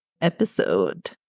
episode